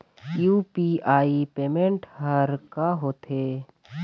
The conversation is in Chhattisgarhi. यू.पी.आई पेमेंट हर का होते?